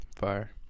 Fire